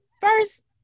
first